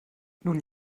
nun